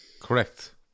Correct